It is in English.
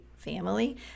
family